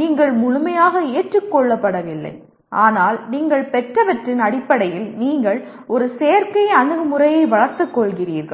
நீங்கள் முழுமையாக ஏற்றுக்கொள்ளப்படவில்லை ஆனால் நீங்கள் பெற்றவற்றின் அடிப்படையில் நீங்கள் ஒரு செயற்கை அணுகுமுறையை வளர்த்துக் கொள்கிறீர்கள்